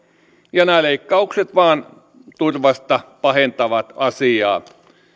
ja nämä leikkaukset turvasta vain pahentavat asiaa